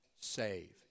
save